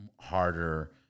harder